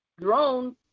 Drones